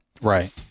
right